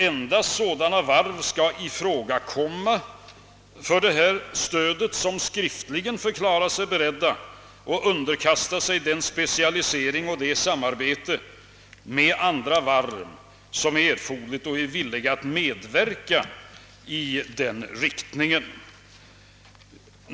Endast sådana varv skall komma i fråga för detta stöd, som skriftligen förklarar sig beredda att underkasta sig specialisering och erforderligt samarbete med andra varv och som är villiga att verka i den riktningen.